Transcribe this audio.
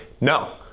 no